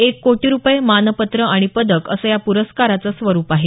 एक कोटी रूपये मानपत्र आणि पदक असं या पुरस्काराचं स्वरूप आहे